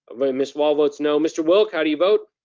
miss wall votes no mr. wilk, how do you vote?